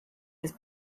his